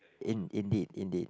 in indeed indeed